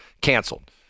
canceled